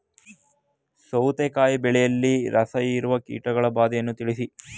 ಸೌತೆಕಾಯಿ ಬೆಳೆಯಲ್ಲಿ ರಸಹೀರುವ ಕೀಟಗಳ ಬಾಧೆಯನ್ನು ತಿಳಿಸಿ?